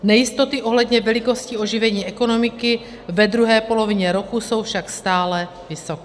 Nejistoty ohledně velikosti oživení ekonomiky ve druhé polovině roku jsou však stále vysoké.